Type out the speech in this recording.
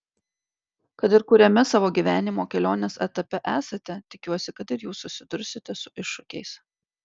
kad ir kuriame savo gyvenimo kelionės etape esate tikiuosi kad ir jūs susidursite su iššūkiais